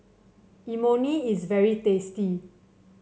imoni is very tasty